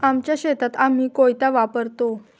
आमच्या शेतात आम्ही कोयता वापरतो